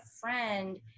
friend